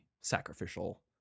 sacrificial